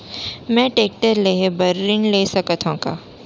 मैं टेकटर लेहे बर ऋण ले सकत हो का?